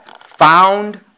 found